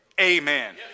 amen